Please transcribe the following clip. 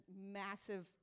massive